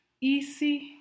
Easy